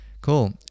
Cool